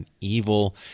evil